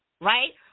right